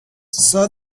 saw